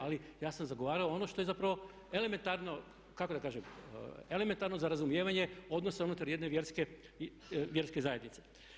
Ali ja sam zagovarao ono što je zapravo elementarno kako da kažem, elementarno za razumijevanje odnosa unutar jedne vjerske zajednice.